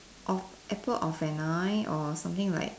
of apple of an eye or something like